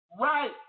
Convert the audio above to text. Right